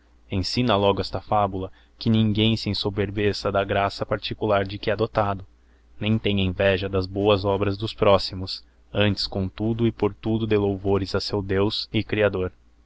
ensina logo esta fabula que ninguém se ensoberbeça da graça particular de que he dotado nem tenha inveja das boas obras dos próximos antes com tudo c por tudo dê louvores a seu deos e crcador